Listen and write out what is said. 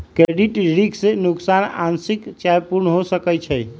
credit risk नोकसान आंशिक चाहे पूर्ण हो सकइ छै